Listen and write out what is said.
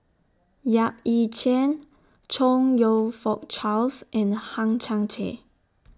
Yap Ee Chian Chong YOU Fook Charles and Hang Chang Chieh